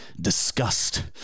disgust